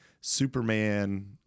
Superman